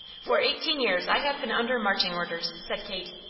for eighteen years i have been under marching orders, said kate.